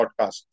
podcast